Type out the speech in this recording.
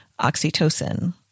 oxytocin